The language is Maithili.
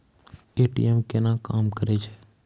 ए.टी.एम केना काम करै छै?